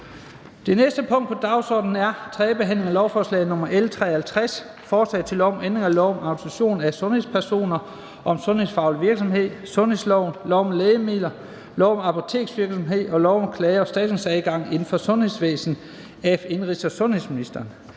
Det næste punkt på dagsordenen er: 10) 3. behandling af lovforslag nr. L 53: Forslag til lov om ændring af lov om autorisation af sundhedspersoner og om sundhedsfaglig virksomhed, sundhedsloven, lov om lægemidler, lov om apoteksvirksomhed og lov om klage- og erstatningsadgang inden for sundhedsvæsenet. (Indførelse af et